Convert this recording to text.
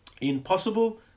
impossible